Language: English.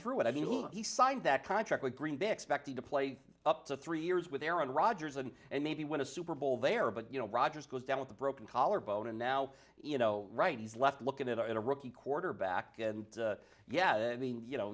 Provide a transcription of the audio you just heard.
through it i mean he signed that contract with green bay expected to play up to three years with aaron rodgers and and maybe when a super bowl they are but you know rodgers goes down with a broken collarbone and now you know right he's left looking at are a rookie quarterback and yeah i mean you know